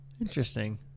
Interesting